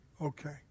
Okay